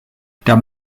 der